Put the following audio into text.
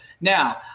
Now